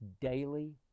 daily